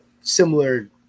similar